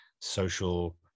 social